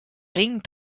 ring